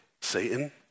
Satan